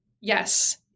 Yes